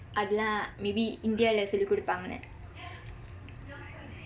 அத எல்லாம்:atha ellaam maybe indialae சொல்லி கொடுப்பாங்கன்னு:solli koduppaangkannu